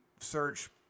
search